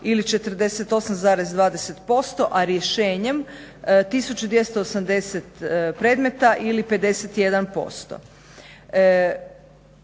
ili 48,20%, a rješenjem 1980 predmeta ili 51%.